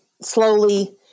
slowly